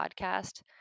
podcast